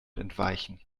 entweichen